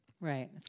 Right